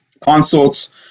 consults